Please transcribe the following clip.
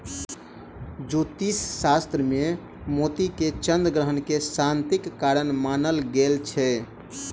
ज्योतिष शास्त्र मे मोती के चन्द्र ग्रह के शांतिक कारक मानल गेल छै